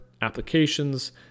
applications